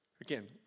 Again